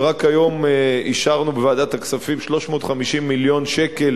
ורק היום אישרנו בוועדת הכספים 350 מיליון שקל